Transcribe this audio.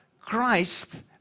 Christ